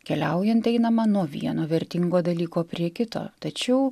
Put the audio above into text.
keliaujant einama nuo vieno vertingo dalyko prie kito tačiau